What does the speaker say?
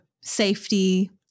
safety